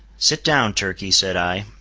sit down, turkey, said i,